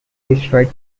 destroyed